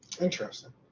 Interesting